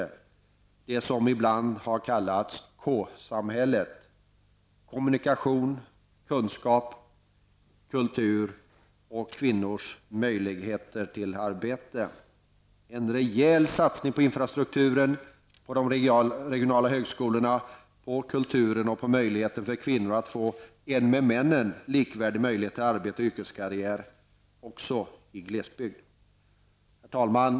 Det är det som ibland har kallats K samhället: kommunikation, kunskap, kultur samt kvinnors möjlighet till arbete. Det krävs en rejäl satsning på infrastrukturen, de regionala högskolorna, kulturen och på att kvinnor skall få en med männen likvärdig möjlighet till arbete och yrkeskarriär -- också i glesbygd. Herr talman!